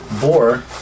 Boar